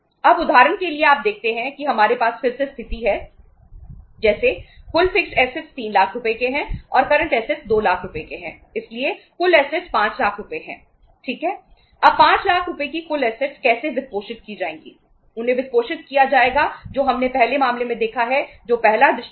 अब उदाहरण के लिए आप देखते हैं कि हमारे पास फिर से स्थिति है जैसे कुल फिक्स्ड असेट्स दृष्टिकोण